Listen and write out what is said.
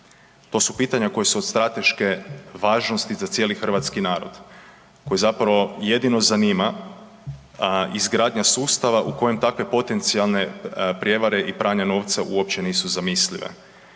To su pitanja koja su od strateške važnosti za cijeli hrvatski narod koji zapravo jedino zanima izgradnja sustava u kojem takve potencijalne prevare i pranja novca uopće nisu zamislive.